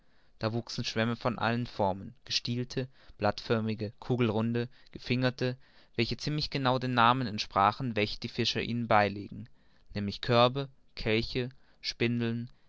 da wuchsen schwämme von allen formen gestielte blattförmige kugelrunde gefingerte welche ziemlich genau den namen entsprechen welche die fischer ihnen beilegen nämlich körbe kelche spindeln